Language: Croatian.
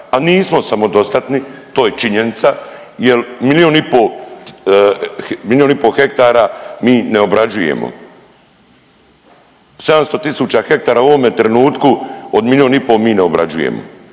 a nismo samodostatni to je činjenica jer milion i po, milion i po hektara mi ne obrađujemo, 700 tisuća hektara u ovome trenutku od milijun i po mi ne obrađujemo,